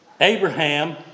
Abraham